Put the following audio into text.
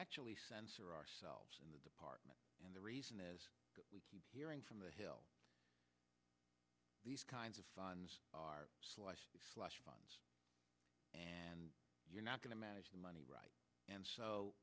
actually censor ourselves in the department and the reason is we keep hearing from the hill these kinds of funds are slush funds and you're not going to manage the money right and so